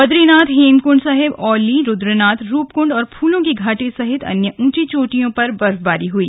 बदरीनाथ हेमकंड साहिब औली रुद्रनाथ रूपकंड और फूलों की घाटी सहित अन्य ऊंची चोटियों पर बर्फबारी हुई